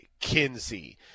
Kinsey